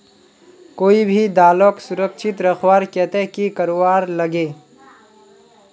कोई भी दालोक सुरक्षित रखवार केते की करवार लगे?